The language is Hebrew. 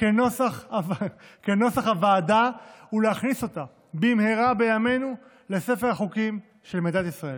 כנוסח הוועדה ולהכניס אותה במהרה בימינו לספר החוקים של מדינת ישראל.